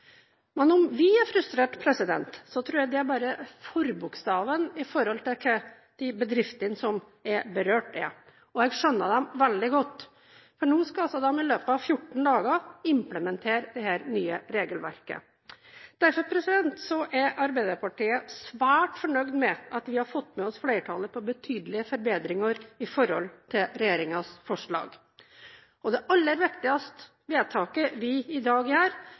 Men om vi er frustrerte, tror jeg det bare er forbokstaven i forhold til hva de bedriftene som er berørte, er. Jeg skjønner dem veldig godt. Nå skal de altså i løpet av fjorten dager implementere dette nye regelverket. Derfor er vi i Arbeiderpartiet svært fornøyd med at vi har fått med oss flertallet på betydelige forbedringer i forhold til regjeringens forslag. Det aller viktigste vedtaket vi i dag gjør,